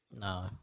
No